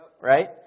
right